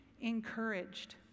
encouraged